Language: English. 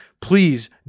Please